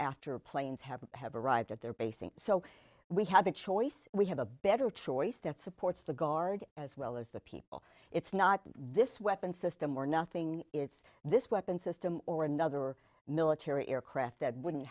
after planes have have arrived at their bases so we have a choice we have a better choice that supports the guard as well as the people it's not this weapon system or nothing it's this weapon system or another military aircraft that wouldn't